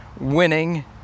winning